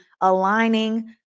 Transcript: aligning